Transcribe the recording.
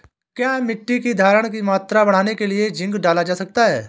क्या मिट्टी की धरण की मात्रा बढ़ाने के लिए जिंक डाल सकता हूँ?